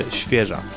świeża